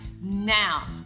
now